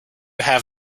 have